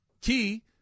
Key